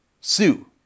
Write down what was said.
Sue